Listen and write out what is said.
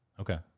Okay